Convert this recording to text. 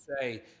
say